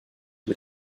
mit